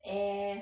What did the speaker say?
eh